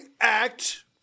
act